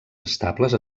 estables